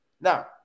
now